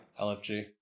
LFG